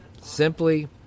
simply